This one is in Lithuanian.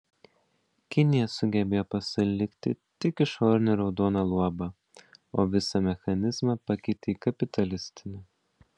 kinija sugebėjo pasilikti tik išorinį raudoną luobą o visą mechanizmą pakeitė į kapitalistinį